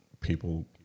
people